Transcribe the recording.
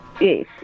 Yes